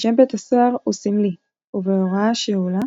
שם בית הסוהר הוא סמלי ובהוראה שאולה,